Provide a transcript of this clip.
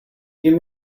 you